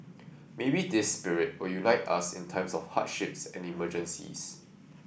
maybe this spirit will unite us in times of hardships and emergencies